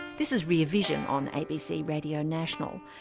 this is rear vision on abc radio national.